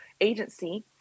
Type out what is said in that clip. agency